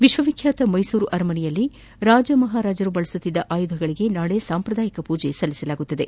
ವಿಶ್ವ ವಿಖ್ಯಾತ ಮೈಸೂರು ಅರಮನೆಯಲ್ಲಿ ರಾಜ ಮಹಾರಾಜರು ಬಳಸುತ್ತಿದ್ದ ಆಯುಧಗಳಿಗೆ ನಾಳೆ ಸಾಂಪ್ರದಾಯಿಕ ಪೂಜೆ ಸಲ್ಲಿಸಲಾಗುತ್ತದೆ